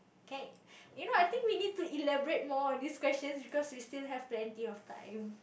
okay you know I think we need to elaborate more on this question because we still have plenty of time